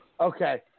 Okay